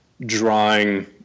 drawing